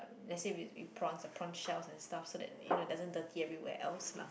let's say if prawns the prawn shells and stuff so that you know it doesn't dirty everywhere else lah